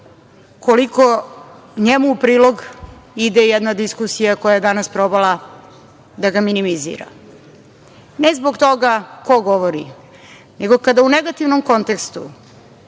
koliko njemu u prilog ide jedna diskusija koja je danas probala da ga minimizira. Ne zbog toga ko govori, nego kada u negativnom kontekstu